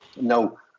no